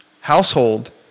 Household